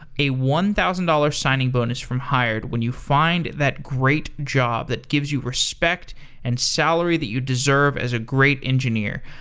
a one thousand dollars signing bonus from hired when you find that great job that gives you respect and salary that you deserve as a great engineer.